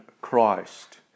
Christ